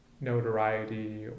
notoriety